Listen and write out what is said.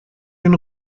den